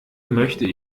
möchte